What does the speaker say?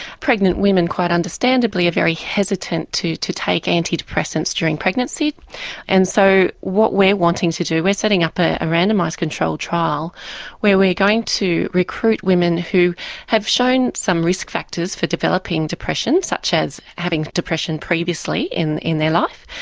pregnant women quite understandably are very hesitant to to take antidepressants during pregnancy and so what we're wanting to do, we're setting up a randomised control trial where we're going to recruit women who have shown some risk factors for developing depression such as having depression previously in in their life,